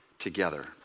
together